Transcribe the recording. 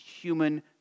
human